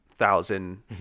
thousand